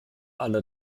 alle